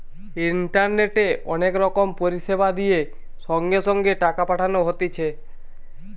ইন্টারনেটে অনেক রকম পরিষেবা দিয়ে সঙ্গে সঙ্গে টাকা পাঠানো হতিছে